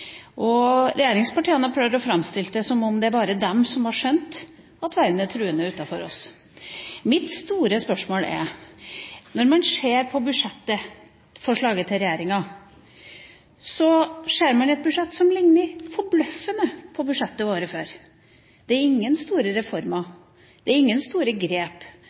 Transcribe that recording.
er. Regjeringspartiene har prøvd å framstille det som om det bare er de som har skjønt at verden utenfor oss er truende. Når man ser på budsjettforslaget til regjeringa, ser man et budsjett som ligner forbløffende på budsjettet året før. Det er ingen store reformer, det er ingen store grep.